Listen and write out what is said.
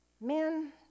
men